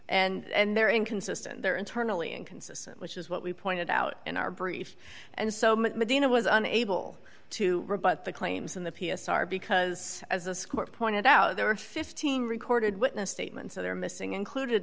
and they're inconsistent they're internally inconsistent which is what we pointed out in our brief and so medina was unable to rebut the claims in the p s r because as a score pointed out there are fifteen recorded witness statements that are missing included